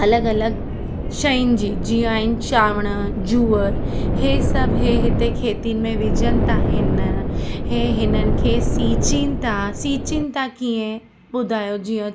अलॻि अलॻि शयुनि जी जीअं आहिनि चांवर जूअर हे सभु हे हिते खेती में विझनि था आहिनि न हे हिननि खे सीचिनि था सीचिनि था कीअं ॿुधायो जीअं